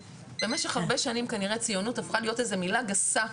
במשך הרבה שנים כנראה ציונות הפכה להיות איזו מילה גסה,